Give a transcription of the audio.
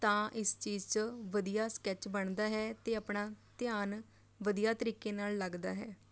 ਤਾਂ ਇਸ ਚੀਜ਼ 'ਚ ਵਧੀਆ ਸਕੈੱਚ ਬਣਦਾ ਹੈ ਅਤੇ ਆਪਣਾ ਧਿਆਨ ਵਧੀਆ ਤਰੀਕੇ ਨਾਲ਼ ਲੱਗਦਾ ਹੈ